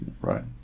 right